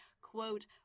quote